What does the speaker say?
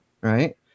Right